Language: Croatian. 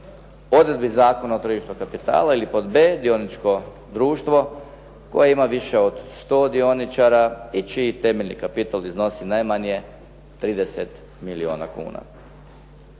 odredbi Zakona o tržištu kapitala ili pod b) dioničko društvo koje ima više od 100 dioničara i čiji temeljni kapital iznosi najmanje 30 milijuna kuna.